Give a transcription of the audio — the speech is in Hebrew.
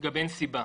גם אין סיבה.